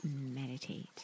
meditate